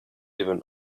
even